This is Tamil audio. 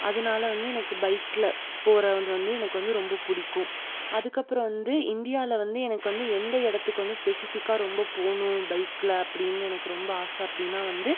அதனால வந்து எனக்கு பைகில் போகிறது வந்து எனக்கு வந்து ரொம்ப பிடிக்கும் அதுக்கப்புறம் வந்து இந்தியாவில் வந்து எனக்கு வந்து எந்த இடத்துக்கு வந்து ஸ்பெசிஃபிக்கா ரொம்ப போகணும் பைகில் அப்படின்னு எனக்கு ரொம்ப ஆசை அப்படின்னா வந்து